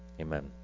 Amen